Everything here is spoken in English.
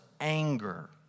anger